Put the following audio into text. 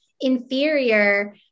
inferior